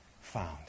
found